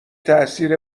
تاثیر